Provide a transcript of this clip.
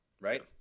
Right